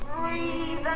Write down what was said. Breathe